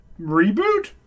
reboot